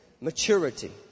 maturity